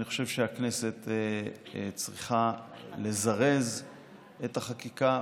אני חושב שהכנסת צריכה לזרז את החקיקה,